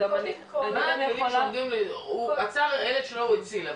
הוא עצר ילד את הילד שלו הוא הציל,